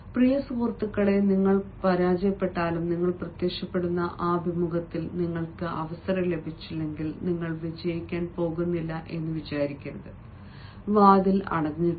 പ്രിയ സുഹൃത്തുക്കളേ നിങ്ങൾ പരാജയപ്പെട്ടാലും നിങ്ങൾ പ്രത്യക്ഷപ്പെടുന്ന ആ അഭിമുഖത്തിൽ നിങ്ങൾക്ക് അവസരം ലഭിച്ചില്ലെങ്കിൽ നിങ്ങൾ വിജയിക്കാൻ പോകുന്നില്ല എന്ന് വിചാരിക്കരുത് വാതിൽ അടച്ചിട്ടില്ല